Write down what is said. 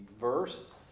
verse